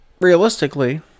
realistically